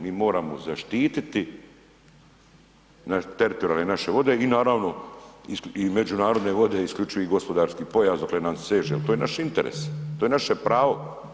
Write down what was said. Mi moramo zaštiti teritorijalne naše vode i naravno međunarodne vode i isključivi gospodarski pojas dokle nam seže jel to je naš interes, to je naše pravo.